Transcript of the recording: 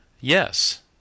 Yes